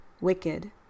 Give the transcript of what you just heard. wicked